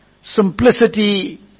simplicity